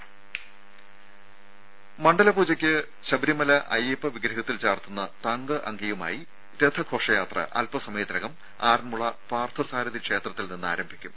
രംഭ മണ്ഡലപൂജക്ക് അയ്യപ്പ വിഗ്രഹത്തിൽ ചാർത്തുന്ന തങ്കഅങ്കിയുമായി രഥഘോഷയാത്ര അൽപസമയത്തിനകം ആറൻമുള പാർത്ഥസാരഥി ക്ഷേത്രത്തിൽ നിന്നാരംഭിക്കും